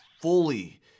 fully